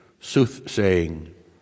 soothsaying